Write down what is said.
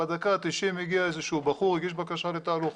בדקה ה-90 הגיע איזה שהוא בחור הגיש בקשה לתהלוכה.